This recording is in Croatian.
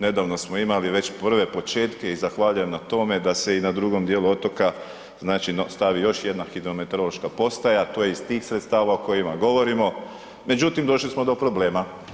Nedavno smo imali već prve početke i zahvaljujem na tome da se i na drugom dijelu otoka stavi još jedna hidrometeorološka postaja, to je iz tih sredstava o kojima govorimo, međutim, došli smo do problema.